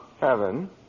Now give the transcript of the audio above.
Heaven